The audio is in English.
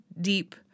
deep